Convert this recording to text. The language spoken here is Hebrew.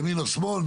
ימין או שמאל,